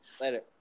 Later